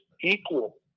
equal